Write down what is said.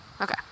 Okay